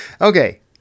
Okay